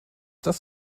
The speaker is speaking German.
das